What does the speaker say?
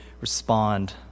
respond